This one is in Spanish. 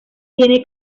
tiene